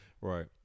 Right